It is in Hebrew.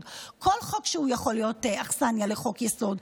כל חוק שהוא יכולה להיות לו אכסניה חוק-יסוד,